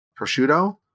prosciutto